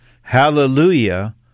Hallelujah